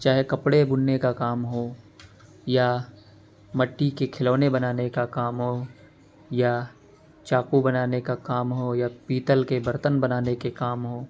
چاہے کپڑے بننے کا کام ہو یا مٹی کے کھلونے بنانے کا کام ہو یا چاقو بنانے کا کام ہو یا پیتل کے برتن بنانے کے کام ہوں